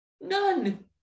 None